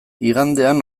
igandean